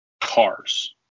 cars